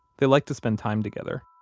they like to spend time together